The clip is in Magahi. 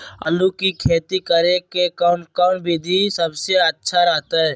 आलू की खेती करें के कौन कौन विधि सबसे अच्छा रहतय?